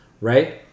right